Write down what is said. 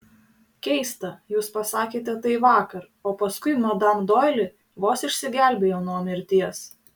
keista jūs pasakėte tai vakar o paskui madam doili vos išsigelbėjo nuo mirties